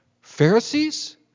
Pharisees